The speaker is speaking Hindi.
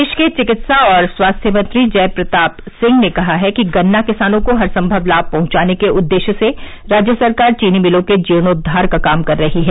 प्रदेश के चिकित्सा और स्वास्थ्य मंत्री जय प्रताप सिंह ने कहा है कि गन्ना किसानों को हर संभव लाभ पहुंचाने के उद्देश्य से राज्य सरकार चीनी मिलों के जीर्णोद्वार का काम कर रही है